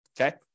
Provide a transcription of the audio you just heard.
Okay